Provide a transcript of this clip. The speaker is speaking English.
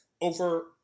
over